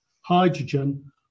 hydrogen